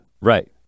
Right